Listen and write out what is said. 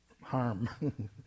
harm